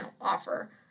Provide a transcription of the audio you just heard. offer